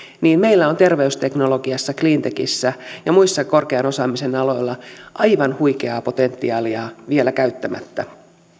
niin meillä on terveysteknologiassa cleantechissä ja muilla korkean osaamisen aloilla aivan huikeaa potentiaalia vielä käyttämättä